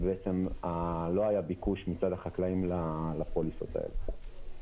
לא היה ביקוש מצד החקלאים לפוליסות האלה.